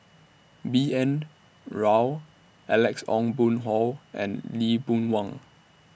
B N Rao Alex Ong Boon Hau and Lee Boon Wang